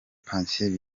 patient